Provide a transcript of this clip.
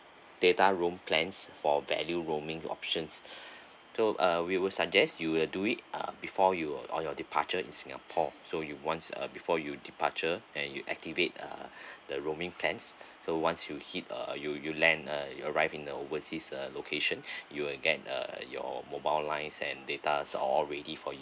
data roam plans for value roaming options so uh we will suggest you will do it uh before you will on your departure in singapore so you once uh before you departure then you activate uh the roaming plans so once you hit uh you you land uh arrive in the overseas uh location you'll get uh your mobile line and data are all ready for you